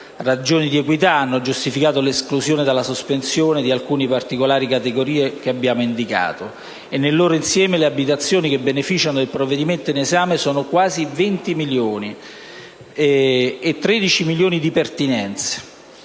Ragioni di equità hanno giustificato l'esclusione dalla sospensione di alcune particolari categorie che abbiamo indicato. Nel loro insieme le abitazioni che beneficiano del provvedimento in esame sono quasi 20 milioni e le pertinenze